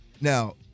Now